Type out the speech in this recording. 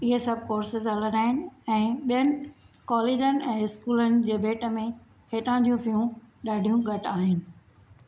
इहे सभु कोर्ससेस हलंदा आहिनि ऐं बि॒यनि कॉलेजनि ऐं स्कूलनि जे भेटु में हितां जी फ़ियूं ॾाढियूं घटि आहिनि